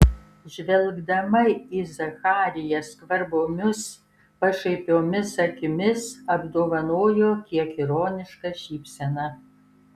žvelgdama į zachariją skvarbiomis pašaipiomis akimis apdovanojo kiek ironiška šypsena